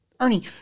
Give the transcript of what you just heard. Ernie